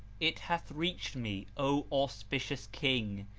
it hath reached me, o auspicious king,